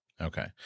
Okay